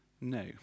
no